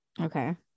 Okay